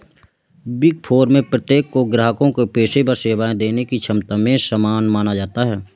big four में प्रत्येक को ग्राहकों को पेशेवर सेवाएं देने की क्षमता में समान माना जाता है